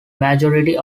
majority